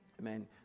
Amen